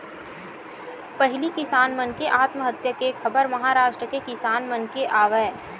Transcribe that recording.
पहिली किसान मन के आत्महत्या के खबर महारास्ट के किसान मन के आवय